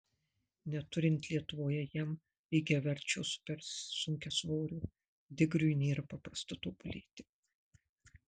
neturint lietuvoje jam lygiaverčio supersunkiasvorio digriui nėra paprasta tobulėti